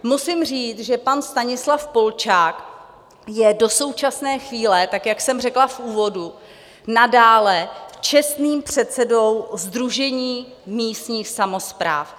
Musím říct, že pan Stanislav Polčák je do současné chvíle, tak jak jsem řekla v úvodu, nadále čestným předsedou Sdružení místních samospráv.